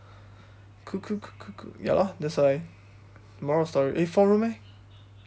cool cool cool cool cool ya lor that's why moral of the story eh four room eh